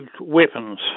weapons